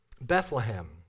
Bethlehem